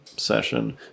session